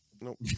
nope